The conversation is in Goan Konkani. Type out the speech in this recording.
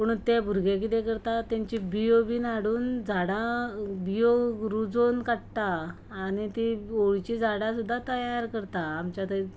पूण ते भुरगे कितें करता तेंची बियो बीन हाडून झाडां बियो रुजोवन काडटा आनी तीं ओंवळीचीं झाडां सुद्दां तयार करता आमच्या थंय